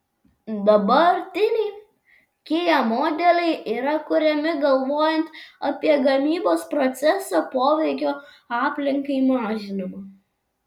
dabartiniai kia modeliai yra kuriami galvojant apie gamybos proceso poveikio aplinkai mažinimą